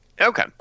Okay